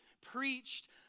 preached